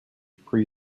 pre